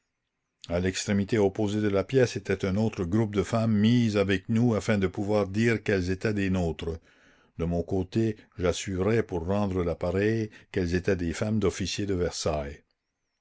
l'extrémité opposée de la pièce était un autre groupe de femmes mises avec nous afin de pouvoir dire qu'elles étaient des nôtres de mon côté j'assurais pour rendre la pareille qu'elles étaient des femmes d'officiers de versailles